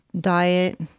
diet